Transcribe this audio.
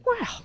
Wow